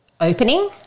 opening